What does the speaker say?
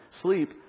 sleep